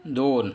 दोन